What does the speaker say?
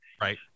Right